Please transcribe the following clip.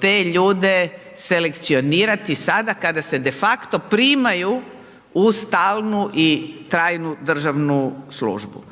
te ljude selekcionirati sada, kada se de facto, primaju u stalnu i trajnu državnu službu.